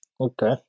Okay